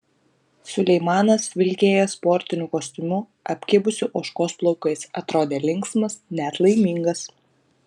suleimanas vilkėjo sportiniu kostiumu apkibusiu ožkos plaukais atrodė linksmas net laimingas